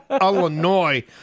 Illinois